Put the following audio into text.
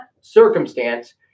circumstance